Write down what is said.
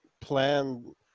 plan